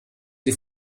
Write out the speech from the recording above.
sie